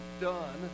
done